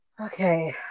Okay